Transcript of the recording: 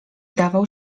dawał